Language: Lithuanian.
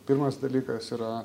pirmas dalykas yra